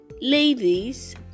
ladies